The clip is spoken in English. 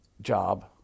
job